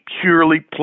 purely